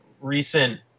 recent